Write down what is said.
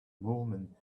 movement